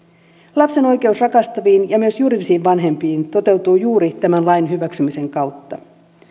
lapsen oikeus rakastaviin ja myös juridisiin vanhempiin toteutuu juuri tämän lain hyväksymisen kautta